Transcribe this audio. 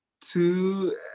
two